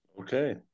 Okay